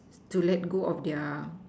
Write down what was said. to let go of their